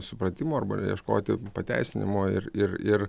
supratimo arba ieškoti pateisinimo ir ir ir